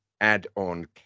add-on